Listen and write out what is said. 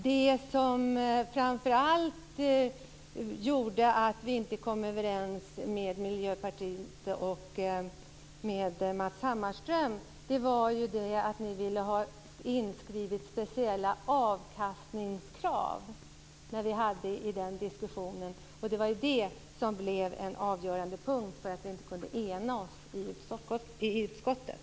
Det som framför allt gjorde att vi inte kom överens med Miljöpartiet och Matz Hammarström var detta att ni ville ha inskrivet speciella avkastningskrav. Det var ju det som var den avgörande punkten för att vi inte kunde ena oss i utskottet.